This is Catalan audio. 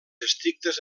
estrictes